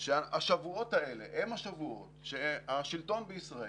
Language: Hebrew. שהשבועות האלה הם השבועות שהשלטון בישראל